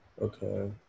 Okay